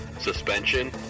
suspension